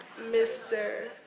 Mr